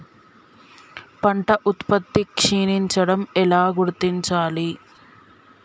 పంట ఉత్పత్తి క్షీణించడం ఎలా గుర్తించాలి?